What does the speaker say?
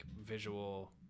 visual